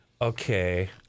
Okay